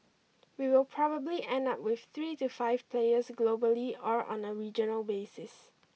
we will probably end up with three to five players globally or on a regional basis